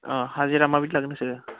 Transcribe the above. अ हाजिरा माबायदि लागोन नोंसोरो